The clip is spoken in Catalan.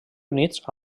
units